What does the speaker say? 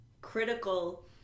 critical